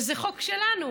וזה חוק שלנו,